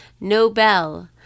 Nobel